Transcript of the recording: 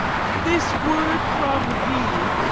this word from thee,